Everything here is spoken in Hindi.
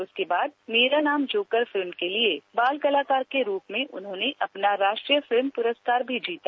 उसके बाद मेरा नाम जोकर फिल्म के लिए बाल कलाकार के रूप में उन्होने अपना राष्ट्रीय फिल्म पुरस्कार भी जीता